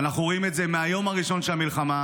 ואנחנו רואים את זה מהיום הראשון של המלחמה,